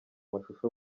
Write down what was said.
mashusho